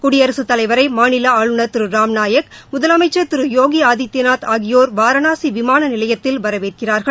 குடியரசுத் தலைவரை மாநில ஆளுநர் திரு ராம்நாயக் முதலமைச்சள் திரு யோகி ஆதித்யநாத் ஆகியோர் வாரணாசி விமான நிலையத்தில் வரவேற்கிறார்கள்